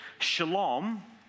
Shalom